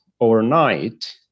overnight